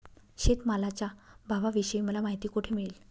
शेतमालाच्या भावाविषयी मला माहिती कोठे मिळेल?